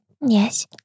Yes